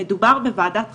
הוא שמדובר בוועדת חריגים,